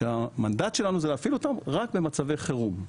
כשהמנדט שלנו זה להפעיל אותן רק במצבי חירום.